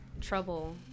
trouble